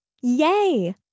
Yay